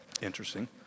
Interesting